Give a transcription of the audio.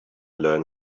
learn